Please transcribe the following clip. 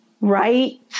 right